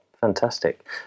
Fantastic